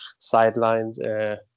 sidelined